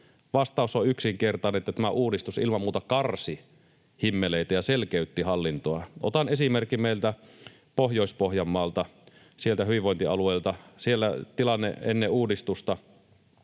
Vastaus on yksinkertainen: tämä uudistus ilman muuta karsi himmeleitä ja selkeytti hallintoa. Otan esimerkin meiltä Pohjois-Pohjanmaalta, sieltä hyvinvointialueelta. Siellä tilanne ennen uudistusta